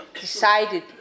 decided